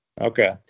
Okay